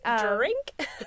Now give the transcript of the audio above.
Drink